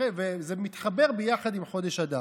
זה מתחבר ביחד עם חודש אדר.